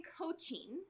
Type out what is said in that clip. coaching